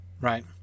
right